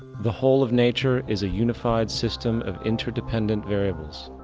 the whole of nature is a unified system of interdependent variables,